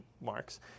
marks